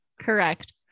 Correct